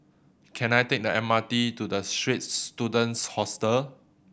can I take the M R T to The Straits Students Hostel